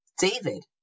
David